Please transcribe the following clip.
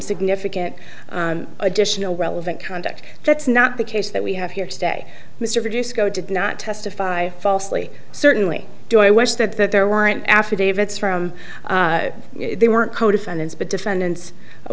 significant additional relevant conduct that's not the case that we have here today mr produce go did not testify falsely certainly do i wish that that there weren't affidavits from they weren't co defendants but defendants